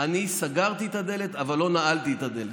אני סגרתי את הדלת, אבל לא נעלתי את הדלת.